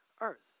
earth